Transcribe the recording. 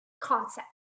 concept